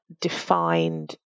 defined